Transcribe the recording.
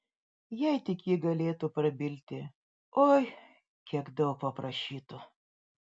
jei tik ji galėtų prabilti oi kiek daug paprašytų